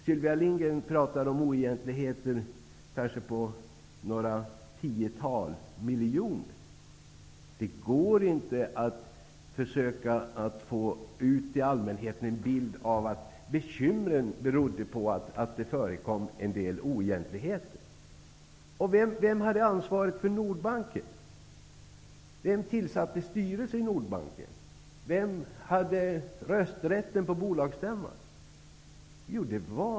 Sylvia Lindgren pratar om oegentligheter som kanske gäller några tiotal miljoner. Det går inte att försöka få ut en bild till allmänheten om att bekymren beror på att det har förekommit en del oegentligheter. Vem hade ansvaret för Nordbanken? Vem hade rösträtten på bolagsstämman?